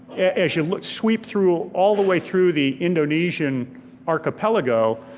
as you sweep through, all the way through the indonesian archipelago,